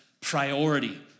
priority